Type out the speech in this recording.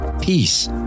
Peace